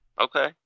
Okay